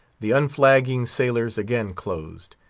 the unflagging sailors again closed.